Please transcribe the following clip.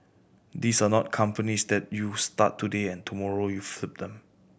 these are not companies that you start today and tomorrow you flip them